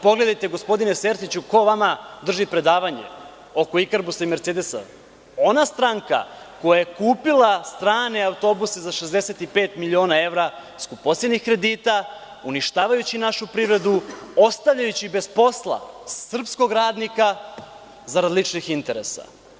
Pogledajte, gospodine Sertiću, ko vama drži predavanje oko „Ikarbusa“ i „Mercedesa“, ona stranka koja je kupila strane autobuse za 65 miliona evra skupocenih kredita, uništavajući našu privredu, ostavljajući bez posla srpskog radnika zarad ličnih interesa.